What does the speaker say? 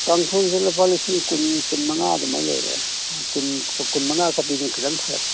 ꯀꯥꯡꯊꯣꯟꯁꯦ ꯂꯨꯄꯥ ꯂꯤꯁꯤꯡ ꯀꯨꯟ ꯀꯨꯟꯃꯉꯥ ꯑꯗꯨꯃꯥꯏ ꯂꯩꯔꯦ ꯀꯨꯟ ꯀꯨꯟ ꯃꯉꯥꯒ ꯄꯤꯔꯗꯤ ꯈꯤꯇꯪ ꯐꯔꯦ